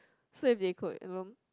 so if they could you know